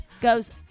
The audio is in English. Goes